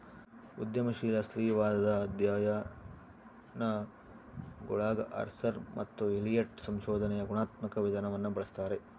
ಉದ್ಯಮಶೀಲ ಸ್ತ್ರೀವಾದದ ಅಧ್ಯಯನಗುಳಗಆರ್ಸರ್ ಮತ್ತು ಎಲಿಯಟ್ ಸಂಶೋಧನೆಯ ಗುಣಾತ್ಮಕ ವಿಧಾನವನ್ನು ಬಳಸ್ತಾರೆ